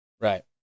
right